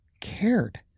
cared